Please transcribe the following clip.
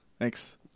Thanks